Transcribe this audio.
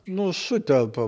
nu sutelpu